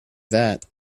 that